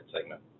segment